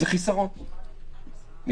זה חיסרון לפעמים.